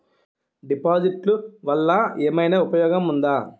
డిపాజిట్లు వల్ల ఏమైనా ఉపయోగం ఉందా?